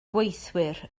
gweithwyr